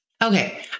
Okay